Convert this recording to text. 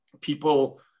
people